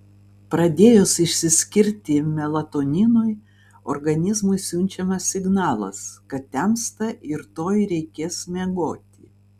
pradėjus išsiskirti melatoninui organizmui siunčiamas signalas kad temsta ir tuoj reikės miegoti